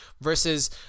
versus